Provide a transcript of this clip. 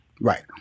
Right